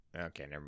Okay